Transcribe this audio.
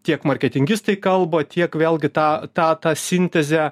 tiek marketingistai kalba tiek vėlgi tą tą tą sintezę